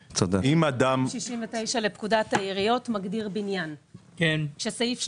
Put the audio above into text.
סעיף 269 לפקודת העיריות מגדיר בניין, כשסעיף 330,